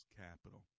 capital